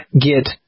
get